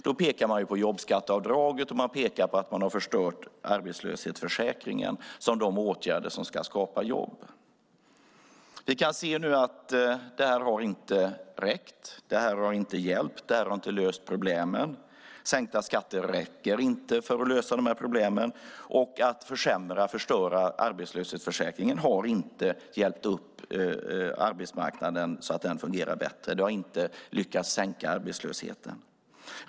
Man pekar på jobbskatteavdraget och på att man har förstört arbetslöshetsförsäkringen som de åtgärder som ska skapa jobb. Nu kan vi se att detta inte har räckt. Det har inte hjälpt. Det har inte löst problemen. Sänkta skatter räcker inte för att lösa de här problemen. Att försämra och förstöra arbetslöshetsförsäkringen har inte hjälpt arbetsmarknaden att fungera bättre. Det har inte lyckats sänka arbetslösheten.